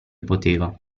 poteva